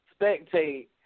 spectate